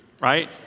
right